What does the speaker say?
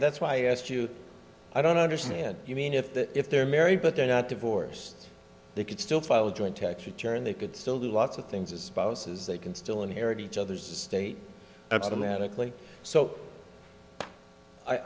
that's why i asked you i don't understand you mean if the if they're married but they're not divorced they could still file a joint tax return they could still do lots of things as spouses they can still inherit each other's estate at the manically so i